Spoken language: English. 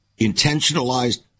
intentionalized